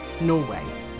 Norway